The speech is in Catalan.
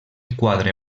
quadre